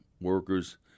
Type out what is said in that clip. workers